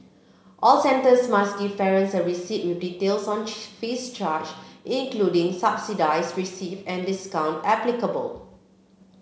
all centres must give parents a receipt with details on fees charged including subsidies received and discounts applicable